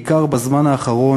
בעיקר בזמן האחרון,